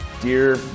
dear